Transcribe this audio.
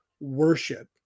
worship